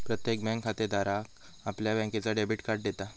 प्रत्येक बँक खातेधाराक आपल्या बँकेचा डेबिट कार्ड देता